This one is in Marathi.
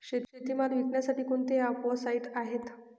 शेतीमाल विकण्यासाठी कोणते ॲप व साईट आहेत?